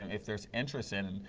and if there is interest in